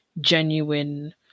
genuine